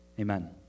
amen